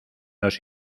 nos